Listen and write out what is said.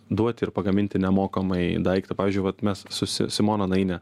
duoti ir pagaminti nemokamai daiktą pavyzdžiui vat mes su si simona naine